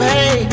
Hey